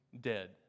dead